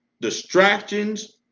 Distractions